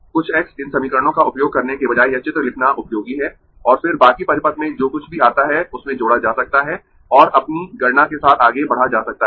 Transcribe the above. कुछ × इन समीकरणों का उपयोग करने के बजाय यह चित्र लिखना उपयोगी है और फिर बाकी परिपथ से जो कुछ भी आता है उसमें जोड़ा जा सकता है और अपनी गणना के साथ आगें बढ़ जा सकता है